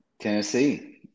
Tennessee